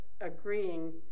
agreeing